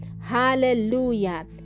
hallelujah